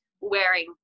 wearing